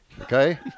okay